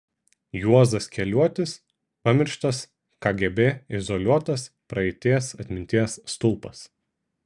juozas keliuotis pamirštas kgb izoliuotas praeities atminties stulpas